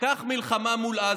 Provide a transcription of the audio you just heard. קח מלחמה מול עזה,